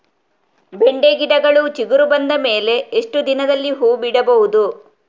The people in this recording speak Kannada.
ಬೆಂಡೆ ಗಿಡಗಳು ಚಿಗುರು ಬಂದ ಮೇಲೆ ಎಷ್ಟು ದಿನದಲ್ಲಿ ಹೂ ಬಿಡಬಹುದು?